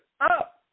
up